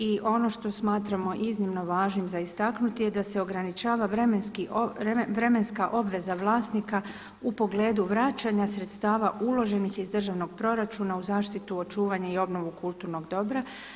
I ono što smatramo iznimno važnim za istaknuti je da se ograničava vremenska obveza vlasnika u pogledu vraćanja sredstava uloženih iz državnog proračuna u zaštitu očuvanja i obnovu kulturnog dobra.